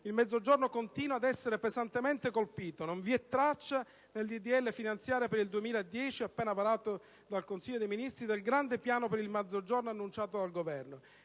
il Mezzogiorno continua ad essere pesantemente colpito. Non vi è traccia nel disegno di legge finanziaria per il 2010 appena varato dal Consiglio dei Ministri del grande piano per il Mezzogiorno annunciato dal Governo.